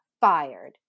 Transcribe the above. fired